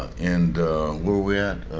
and where we at?